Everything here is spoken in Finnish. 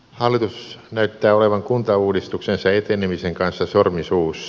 hallitus näyttää olevan kuntauudistuksensa etenemisen kanssa sormi suussa